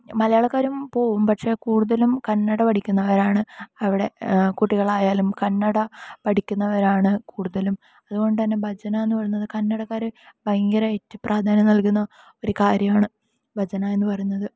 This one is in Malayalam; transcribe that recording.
മലയാളക്കാരും പോകും പക്ഷെ കൂടുതലും കന്നഡ പഠിക്കുന്നവരാണ് അവിടെ കുട്ടികളായാലും കന്നഡ പഠിക്കുന്നവരാണ് കൂടുതലും അതുകൊണ്ടുതന്നെ ഭജനാ എന്നു പറയുന്നത് കന്നഡക്കാർ ഭയങ്കരമായിട്ട് പ്രാധാന്യം നൽകുന്ന ഒരു കാര്യമാണ് ഭജന എന്ന് പറയുന്നത്